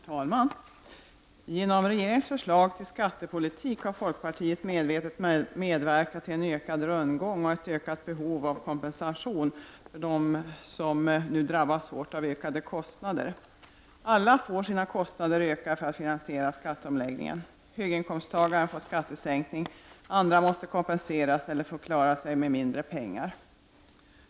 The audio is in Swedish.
Herr talman! Genom regeringens förslag till skattepolitik har folkpartiet medvetet medverkat till en ökad rundgång och ett ökat behov av kompensation för dem som nu drabbas hårt av ökade kostnader. Alla får sina kostnader ökade för att finansiera skatteomläggningen. Höginkomsttagaren får skattesänkning, andra måste kompenseras eller får klara sig med mindre pengar.